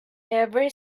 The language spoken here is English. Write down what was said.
every